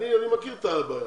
אני מכיר את הבעיה.